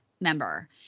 member